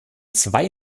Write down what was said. zwei